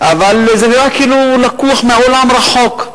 לקוח מעולם רחוק,